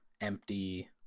empty